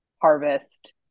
harvest